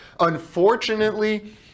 Unfortunately